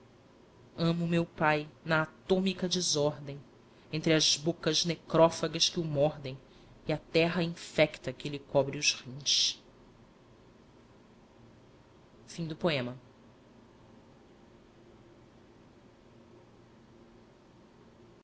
amo meu pai na atômica desordem entre as bocas necrófagas que o mordem e a terra infecta que lhe cobre os rins o